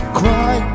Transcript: cry